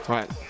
Right